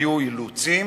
היו אילוצים,